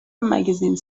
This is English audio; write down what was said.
magazine